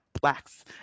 blacks